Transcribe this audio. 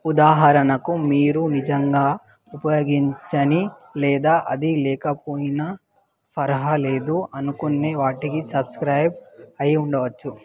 ఉదాహరణకు మీరు నిజంగా ఉపయోగించని లేదా అది లేకపోయినా పర్వాలేదు అనుకునే వాటికి సబ్స్క్రైబ్ అయి ఉండవచ్చు